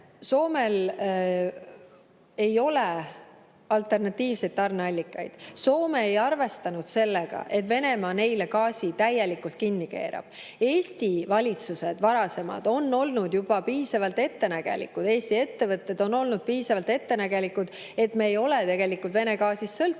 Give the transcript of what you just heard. Soomel ei ole alternatiivseid tarneallikaid. Soome ei arvestanud sellega, et Venemaa neile gaasi täielikult kinni keerab. Eesti varasemad valitsused olid piisavalt ettenägelikud, Eesti ettevõtted on olnud piisavalt ettenägelikud, mistõttu me ei ole tegelikult Vene gaasist